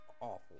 awful